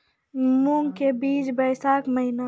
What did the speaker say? मूंग के बीज बैशाख महीना